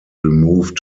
removed